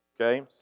Okay